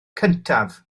cyntaf